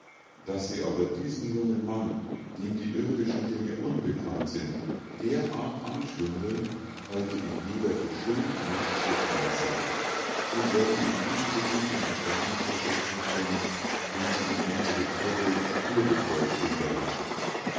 daß sie aber diesen jungen mann dem die irdischen dinge unbekannt sind derart anschwindeln halte ich weder für schön noch zweckmäßig sie werden ihn ebensogut in erstaunen versetzen können wenn sie ihm unsere tierwelt naturgetreu schildern